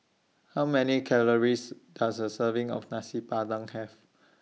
How Many Calories Does A Serving of Nasi Padang Have